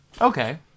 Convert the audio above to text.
Okay